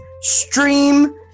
Stream